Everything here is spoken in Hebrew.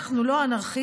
אנחנו לא אנרכיסטים,